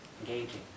engaging